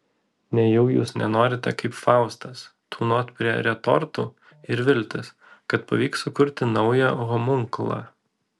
nejau jūs nenorite kaip faustas tūnot prie retortų ir viltis kad pavyks sukurti naują homunkulą